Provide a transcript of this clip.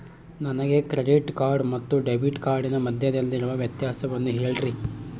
ನನಗೆ credit card ಮತ್ತು debit ಕಾರ್ಡಿನ ಮಧ್ಯದಲ್ಲಿರುವ ವ್ಯತ್ಯಾಸವನ್ನು ಹೇಳ್ರಿ?